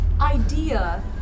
Idea